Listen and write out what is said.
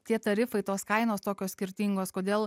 tie tarifai tos kainos tokios skirtingos kodėl